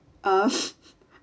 um